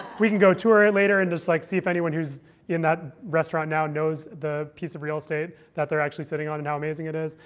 we go tour it later, and just like see if anyone who's in that restaurant now knows the piece of real estate that they're actually sitting on and how amazing it is.